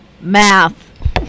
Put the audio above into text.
math